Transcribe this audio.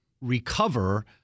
recover